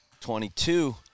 22